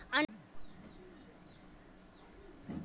अनाज मंडीर भाव कब घटोहो आर कब बढ़ो होबे?